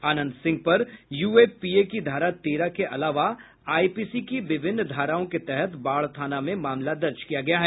अनंत सिंह पर यूएपीए की धारा तेरह के अलावा आईपीसी की विभिन्न धाराओं के तहत बाढ़ थाने में मामला दर्ज किया गया है